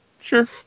Sure